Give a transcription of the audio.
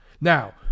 Now